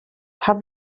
pam